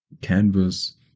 canvas